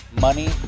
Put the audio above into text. money